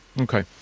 okay